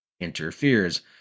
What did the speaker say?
interferes